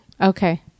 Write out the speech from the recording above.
okay